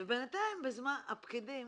ובינתיים הפקידים,